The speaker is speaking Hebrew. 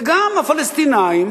וגם הפלסטינים